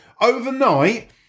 overnight